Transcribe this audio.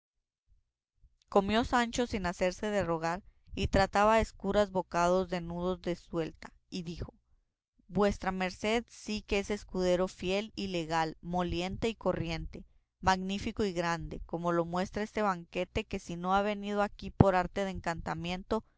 comió sancho sin hacerse de rogar y tragaba a escuras bocados de nudos de suelta y dijo vuestra merced sí que es escudero fiel y legal moliente y corriente magnífico y grande como lo muestra este banquete que si no ha venido aquí por arte de encantamento